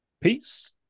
Peace